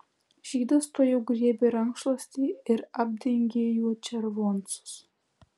žydas tuojau griebė rankšluostį ir apdengė juo červoncus